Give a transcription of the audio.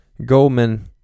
Goldman